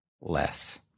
less